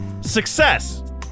Success